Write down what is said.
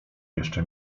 jeszcze